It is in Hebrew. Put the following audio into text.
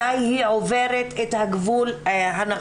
מתי היא עוברת את הגבול הנכון.